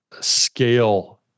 scale